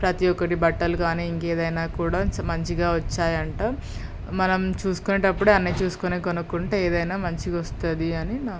ప్రతీ ఒక్కటి బట్టలు కానీ ఇంకేదైనా కూడా స మంచిగా వచ్చాయట మనం చూసుకునేటప్పుడే అన్నీచూసుకుని కొనుక్కుంటే ఏదైనా మంచిగా వస్తుంది అని నా ఒప్